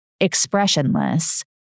expressionless